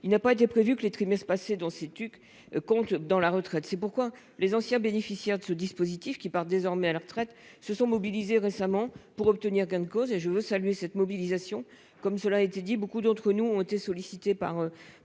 il n'avait pas été prévu que les trimestres de TUC effectués soient pris en compte pour la retraite. C'est pourquoi les anciens bénéficiaires de ce dispositif, qui partent désormais à la retraite, se sont mobilisés récemment pour obtenir gain de cause. Je veux saluer cette mobilisation ; comme cela a été dit, beaucoup d'entre nous ont été sollicités par